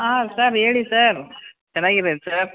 ಆಂ sir ಹೇಳಿ sir ಚೆನ್ನಾಗಿದ್ದೀರಾ sir